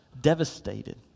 devastated